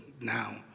now